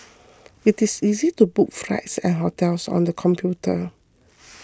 it is easy to book flights and hotels on the computer